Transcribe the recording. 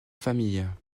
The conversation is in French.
famille